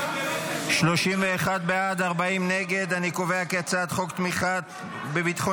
נעבור להצבעה על הצעת חוק תמיכה לביטחון